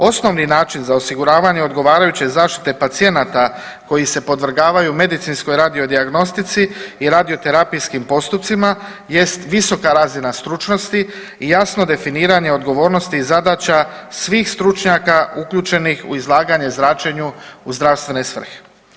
Osnovni način za osiguravanje odgovarajuće zaštite pacijenata koji se podvrgavaju medicinskoj radio dijagnostici i radio terapijskim postupcima jest visoka razina stručnosti i jasno definiranje odgovornosti i zadaća svih stručnjaka uključenih u izlaganje zračenju u zdravstvene svrhe.